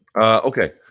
Okay